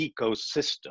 ecosystem